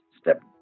step